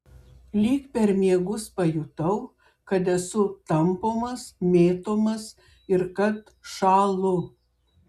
lyg per miegus pajutau kad esu tampomas mėtomas ir kad šąlu